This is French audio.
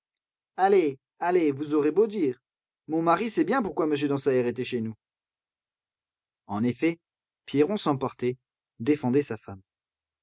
allez allez vous aurez beau dire mon mari sait bien pourquoi monsieur dansaert était chez nous en effet pierron s'emportait défendait sa femme